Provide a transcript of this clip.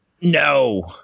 no